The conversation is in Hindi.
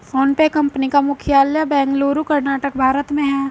फोनपे कंपनी का मुख्यालय बेंगलुरु कर्नाटक भारत में है